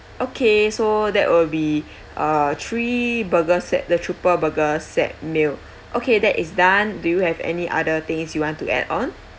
okay so that will be uh three burger set the trooper burger set meal okay that is done do you have any other things you want to add on